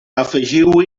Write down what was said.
afegiu